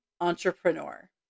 entrepreneur